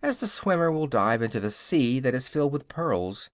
as the swimmer will dive into the sea that is filled with pearls